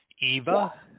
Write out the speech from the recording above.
Eva